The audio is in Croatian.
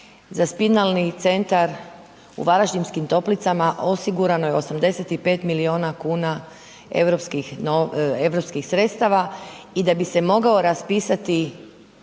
za Spinalni centar u Varaždinskim Toplicama osigurano je 85 milijuna kuna europskih sredstava i da bi se mogao raspisati